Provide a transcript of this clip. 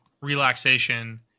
relaxation